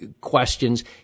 questions